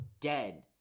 dead